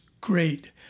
great